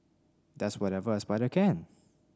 does whatever a spider can